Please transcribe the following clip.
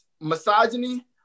misogyny